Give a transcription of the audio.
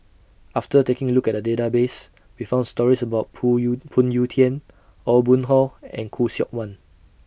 after taking A Look At The Database We found stories about Pull YOU Phoon Yew Tien Aw Boon Haw and Khoo Seok Wan